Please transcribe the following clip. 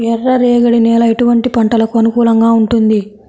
ఎర్ర రేగడి నేల ఎటువంటి పంటలకు అనుకూలంగా ఉంటుంది?